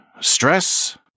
Stress